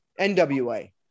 NWA